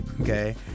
Okay